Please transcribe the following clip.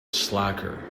slacker